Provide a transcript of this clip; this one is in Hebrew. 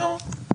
בסדר גמור,